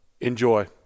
Enjoy